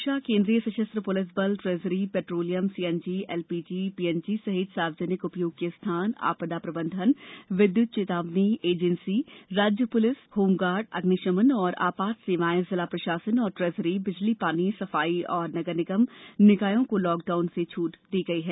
रक्षा केन्द्रीय सशस्त्र पुलिस बल treasury petroleum CNG LPG PNG सहित सार्वजनिक उपयोग के स्थान आपदा प्रबंधन विद्युत चेतावनी एजेंसी राज्य पुलिस होम गार्ड अग्निशमन और आपात सेवाए जिला प्रशासन और ट्रेजरी बिजली पानी सफाई और नगर निगम निकायों को लॉकडाउन से छूट दी गई है